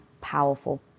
powerful